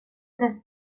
tres